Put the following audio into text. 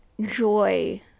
joy